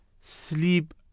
sleep